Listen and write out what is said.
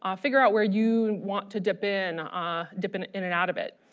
um figure out where you want to dip in, ah dip and in and out of it.